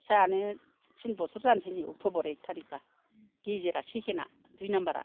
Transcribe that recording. फिसायानो थिन बसर जानसैनै अकथ'बर एक थारिख बा गेजेरा सेकेण्डा दुइ नामबार आमफ्राय